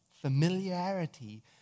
Familiarity